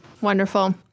Wonderful